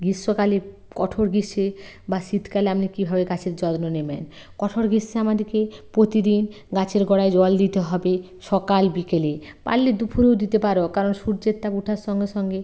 গ্রীষ্মকালে কঠোর গ্রীষ্মে বা শীতকালে আপনি কীভাবে গাছের যত্ন নেবেন কঠোর গ্রীষ্মে আমাদেরকে প্রতিদিন গাছের গোড়ায় জল দিতে হবে সকাল বিকেলে পারলে দুপুরেও দিতে পারো কারণ সূর্যের তাপ ওঠার সঙ্গে সঙ্গে